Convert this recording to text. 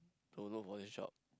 to look for this job